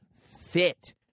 fit